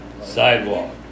Sidewalk